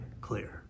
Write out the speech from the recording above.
Clear